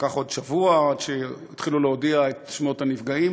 לקח עוד שבוע עד שהתחילו להודיע את שמות הנפגעים,